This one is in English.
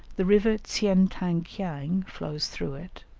the river tsien-tang-kiang flows through it,